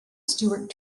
stuart